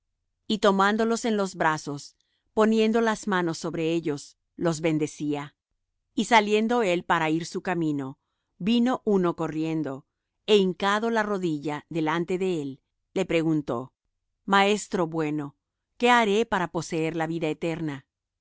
y tomándolos en los brazos poniendo las manos sobre ellos los bendecía y saliendo él para ir su camino vino uno corriendo é hincando la rodilla delante de él le preguntó maestro bueno qué haré para poseer la vida eterna